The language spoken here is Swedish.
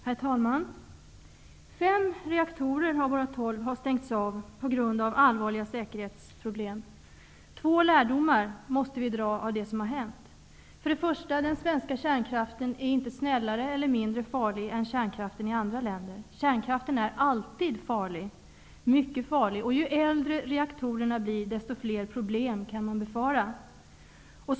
Herr talman! Fem av våra tolv reaktorer har stängts av på grund av allvarliga säkerhetsproblem. Två lärdomar måste vi dra av det som har hänt. För det fösta: Den svenska kärnkraften är inte snällare eller mindre farlig än kärnkraften i andra länder. Kärnkraften är alltid farlig, mycket farlig. Ju äldre reaktorerna blir desto fler problem kan man befara.